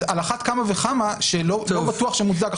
אז על אחת כמה וכמה שלא בטוח שמוצדק.